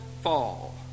fall